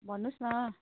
भन्नु होस् न